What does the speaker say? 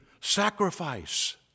sacrifice